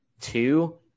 two